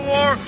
War